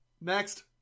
next